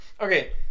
okay